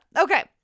Okay